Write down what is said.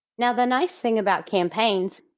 now the nice thing about campaigns,